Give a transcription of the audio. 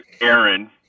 Aaron